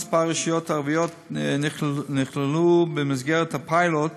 שכמה רשויות ערביות נכללו במסגרת הפיילוט